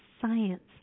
science